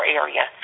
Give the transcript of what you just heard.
area